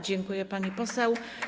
Dziękuję, pani poseł.